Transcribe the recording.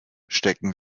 stecken